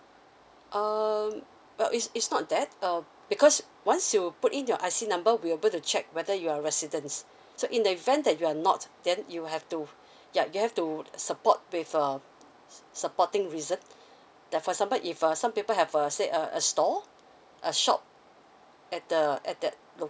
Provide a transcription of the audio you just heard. um is is not that err because once you put in your I_C number we able to check whether you're residence so in the event that you are not then you'll have to yeah you have to support with um supporting reason for example if some people have a say a a stall a shop at the at that